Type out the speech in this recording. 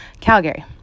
calgary